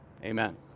Amen